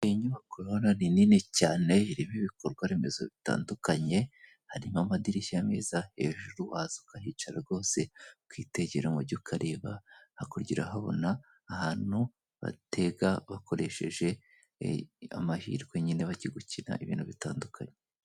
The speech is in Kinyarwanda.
Iyi nyubakora urabona ni nini cyane irimo ibikorwa remezo bitandukanye, harimo amadirishya meza, hejuru waza ukahicara rwose ukitegera umujyi ukareba, hakurya urahabona ahantu batega bakoresheje amahirwe nyine bari gukina ibintu bitandukanye.